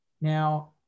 Now